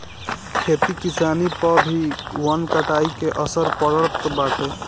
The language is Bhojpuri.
खेती किसानी पअ भी वन कटाई के असर पड़त बाटे